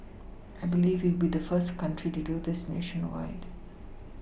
I believe we will be the first country to do this nationwide